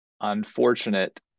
unfortunate